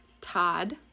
Todd